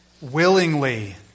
willingly